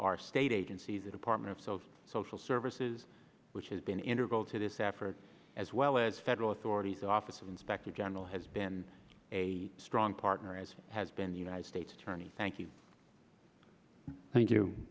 our state agency the department of social social services which has been integral to this effort as well as federal authorities the office of inspector general has been a strong partner as has been the united states attorney thank you thank you